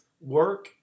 work